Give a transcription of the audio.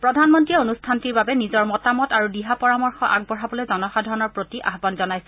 প্ৰধানমন্ত্ৰীয়ে অনুষ্ঠানটিৰ বাবে নিজৰ মতামত আৰু দিহা পৰামৰ্শ আগবঢ়াবলৈ জনসাধাৰণৰ প্ৰতি আহান জনাইছে